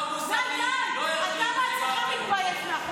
אתה בעצמך מתבייש מהחוק הזה.